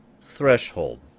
threshold